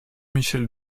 michel